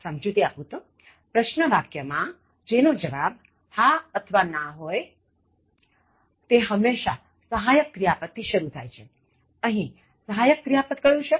સમજુતિ પ્રશ્ન વાક્ય માંજેનો જવાબ હા અથવા ના હોયતે હંમેશા સહાયક ક્રિયાપદ થી શરુ થાય છે અહીં સહાયક ક્રિયાપદ કયું છે